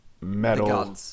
metal